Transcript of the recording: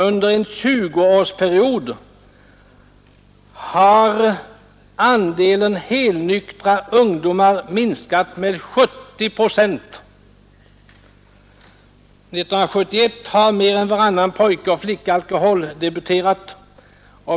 Under en 20-årsperiod har andelen helnyktra ungdomar minskat med 70 procent. 1971 har mer än varannan pojke och flicka alkoholdebuterat.